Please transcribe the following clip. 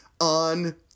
on